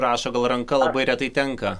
rašo gal ranka labai retai tenka